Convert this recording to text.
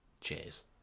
Cheers